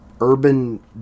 Urban